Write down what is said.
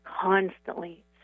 constantly